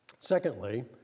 Secondly